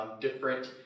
different